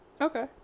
okay